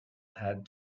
had